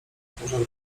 pożar